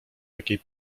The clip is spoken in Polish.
jakiej